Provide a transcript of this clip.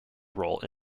role